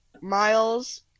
Miles